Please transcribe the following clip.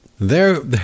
they're-